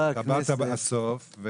הבינוני והארוך של הפער במקצועות הבריאות